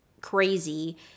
crazy